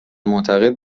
معتقد